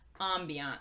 ambiance